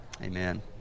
Amen